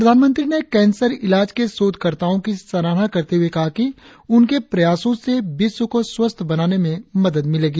प्रधानमंत्री ने कैंसर इलाज के शोधकर्ताओं की सराहना करते हुए कहा कि उनके प्रयास से विश्व को स्वस्थ बनाने में मदद मिलेगी